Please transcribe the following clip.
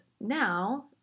now